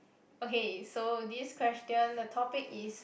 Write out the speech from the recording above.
okay so this question the topic is